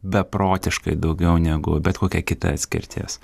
beprotiškai daugiau negu bet kokia kita atskirtis